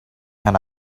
and